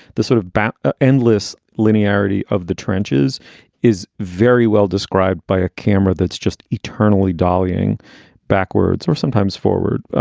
the sort of back ah endless linearity of the trenches is very well described by a camera that's just eternally dallying backwards or sometimes forward.